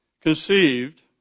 conceived